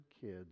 kids